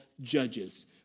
judges